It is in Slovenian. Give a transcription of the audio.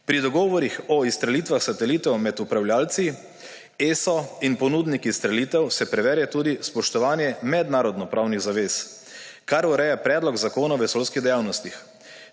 Pri dogovorih o izstrelitvah satelitov med upravljavci, ESA in ponudniki izstrelitev se preverja tudi spoštovanje mednarodnopravnih zavez, kar ureja Predlog zakona o vesoljskih dejavnostih.